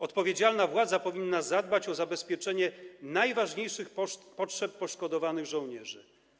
Odpowiedzialna władza powinna zadbać o zabezpieczenie najważniejszych potrzeb poszkodowanych żołnierzy.